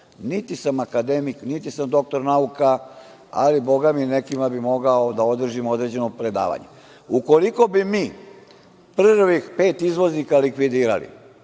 niti sam akademik, niti sam doktor nauka, ali nekima bih mogao da održim određeno predavanje. Ukoliko bi mi prvih pet izvoznika likvidirali